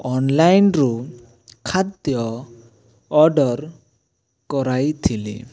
ଅନଲାଇନରୁ ଖାଦ୍ୟ ଅର୍ଡ଼ର କରାଇଥିଲି